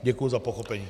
Děkuji za pochopení.